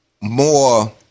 more